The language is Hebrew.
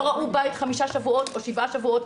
שלא ראו בית חמישה או שבעה שבועות.